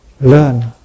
learn